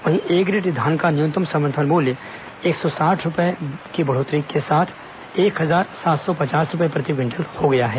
वहीं A grade धान का न्यूनतम समर्थन मूल्य एक सौ साठ रूपये की बढ़ोतरी के साथ एक हजार सात सौ पचास रूपये प्रति क्विटल हो गया है